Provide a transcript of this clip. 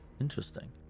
Interesting